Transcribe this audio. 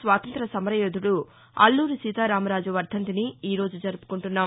స్వాతంత్ర్య సమరయోధుడు అల్లూరి సీతారామ రాజు వర్దంతిని ఈరోజు జరుపుకుంటున్నాం